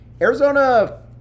Arizona